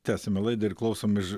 tęsiame laidą ir klausomės ž